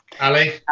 Ali